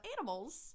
animals